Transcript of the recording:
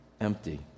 empty